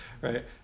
right